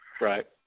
Right